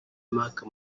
maka